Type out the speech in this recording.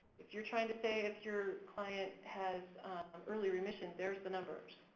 if you're trying to say if your client has um early remission, there's the numbers.